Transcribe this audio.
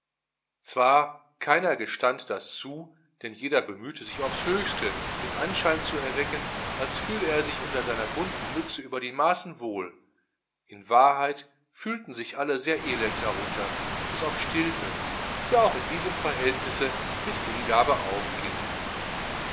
zwar keiner gestand das zu denn jeder bemühte sich aufs höchste den anschein zu erwecken als fühle er sich unter seiner bunten mütze über die maaßen wohl in wahrheit fühlten sich alle sehr elend darunter bis auf stilpe der auch in diesem verhältnisse mit hingabe aufging